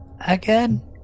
again